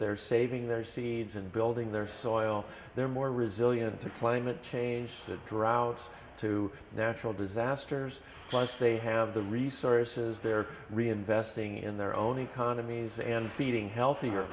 they're saving their seeds and building their soil they're more resilient to claim a change to droughts to natural disasters once they have the resources they are reinvesting in their own economies and feeding healthier